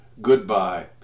goodbye